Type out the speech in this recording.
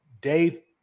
day –